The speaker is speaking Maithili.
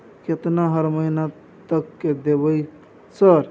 केतना हर महीना तक देबय सर?